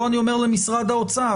פה אני אומר למשרד האוצר,